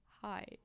Hi